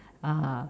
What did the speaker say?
err